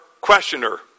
questioner